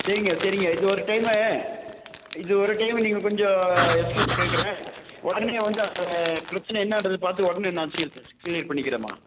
சரிங்க சரிங்க இது ஒரு டைமு இது ஒரு டைமு நீங்கள் கொஞ்சம் எக்ஸ்க்யூஸ் கேட்குறேன் உடனே வந்து அங்கே பிரச்சின என்னாங்றத பார்த்து உடனே நான் க்ளியர் பண்ணிக்கிறேன்மா